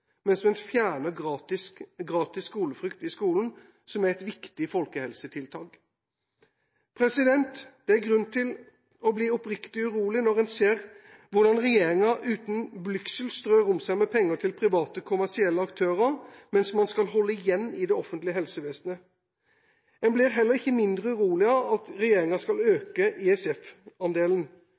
mens man fjerner gratis skolefrukt i skolen, som er et viktig folkehelsetiltak. Det er grunn til å bli oppriktig urolig når en ser hvordan regjeringa uten blygsel strør om seg med penger til private, kommersielle aktører, mens man skal holde igjen i det offentlige helsevesenet. En blir heller ikke mindre urolig av at regjeringa skal øke